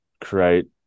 create